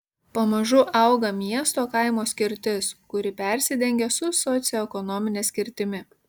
pamažu auga miesto kaimo skirtis kuri persidengia su socioekonomine skirtimi